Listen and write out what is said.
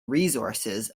resources